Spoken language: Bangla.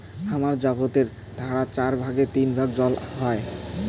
হামাদের জাগাতের ধারা চার ভাগের তিন ভাগ জল হই